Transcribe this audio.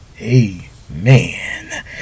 amen